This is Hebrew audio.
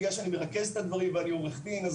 בגלל שאני מרכז את הדברים ואני עורך-דין אז